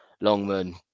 Longman